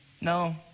no